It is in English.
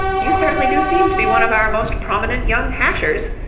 you certainly do seem to be one of our most prominent young hashers!